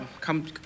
come